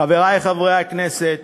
חברי חברי הכנסת,